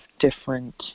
different